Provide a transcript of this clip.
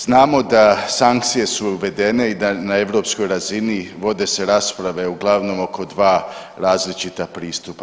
Znamo da sankcije su uvedene i da na europskoj razini vode se rasprave uglavnom oko dva različita pristupa.